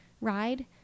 ride